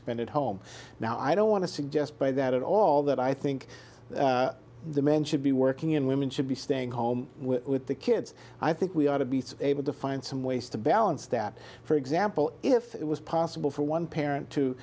spend at home now i don't want to suggest by that at all that i think the man should be working and women should be staying home with the kids i think we ought to be able to find some ways to balance that for example if it was possible for one parent to